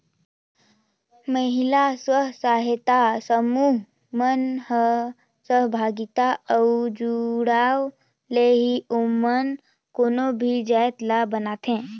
महिला स्व सहायता समूह मन ह सहभागिता अउ जुड़ाव ले ही ओमन कोनो भी जाएत ल बनाथे